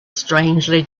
strangely